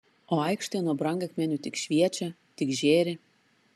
o aikštė nuo brangakmenių tik šviečia tik žėri